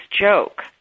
joke